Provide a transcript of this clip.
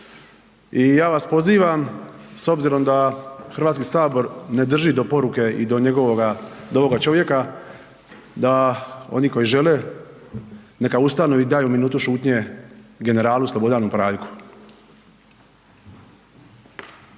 I ja vas pozivam, s obzirom da HS ne drži do poruke i do njegovoga, do ovoga čovjeka, da oni koji žele, neka ustanu i daju minutu šutnje generalu Slobodanu Praljku.